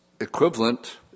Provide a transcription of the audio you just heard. equivalent